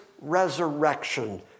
resurrection